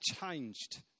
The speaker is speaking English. changed